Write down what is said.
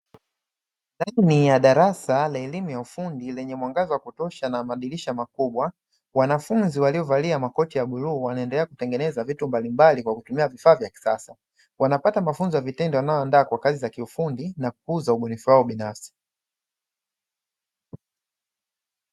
Ndani ya darasa la elimu ya ufundi lenye mwengaza wa kutosha na madirisha makubwa, wanafunzi walio valia makoti ya bluu wanaendelea kutengeneza vitu mbalimbali kwa kutumia vifaa vya kisasa. Wamapata mafunzo ya vitendo yanayo waandaa kwa kazi za kiufundi na kukuza ubunifu wao binafsi.